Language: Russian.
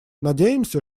надеемся